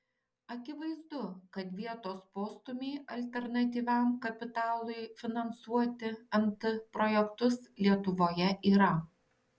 akivaizdu kad vietos postūmiui alternatyviam kapitalui finansuoti nt projektus lietuvoje yra